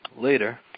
later